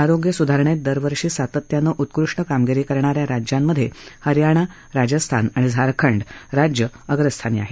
आरोग्य सुधारणेत दरवर्षी सातत्यानं उत्कृष्ट कामगिरी करणा या राज्यांमधे हरियाणा राजस्थान आणि झारखंड राज्य अग्रस्थानी आहेत